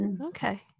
Okay